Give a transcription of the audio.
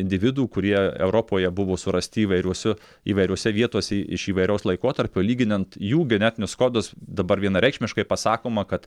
individų kurie europoje buvo surasti įvairiuose įvairiose vietose iš įvairaus laikotarpio lyginant jų genetinius kodus dabar vienareikšmiškai pasakoma kad